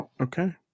Okay